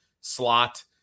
slot